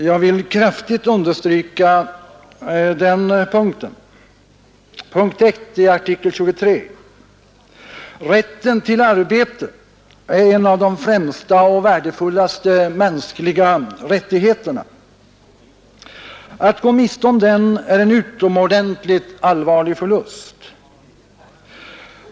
Jag vill kraftigt understryka denna rättighet, som upptagits i artikel 23 punkt 1 i FN:s deklaration om de mänskliga rättigheterna. Rätten till arbete är en av de främsta och värdefullaste mänskliga rättigheterna. Att gå miste om den är en utomordentligt allvarlig förlust.